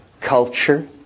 culture